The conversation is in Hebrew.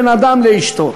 בין אדם לאשתו.